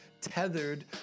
tethered